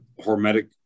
hormetic